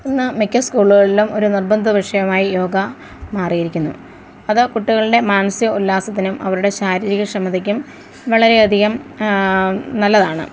ഇന്നു മിക്ക സ്കൂളുകളിലും ഒരു നിർബന്ധ വിഷയമായി യോഗ മാറിയിരിക്കുന്നു അതു കുട്ടികളുടെ മാനസിക ഉല്ലാസത്തിനും അവരുടെ ശാരീരിക ക്ഷമതയ്ക്കും വളരെയധികം നല്ലതാണ്